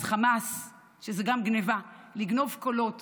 אז חמס זה גם גנבה, לגנוב קולות